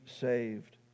saved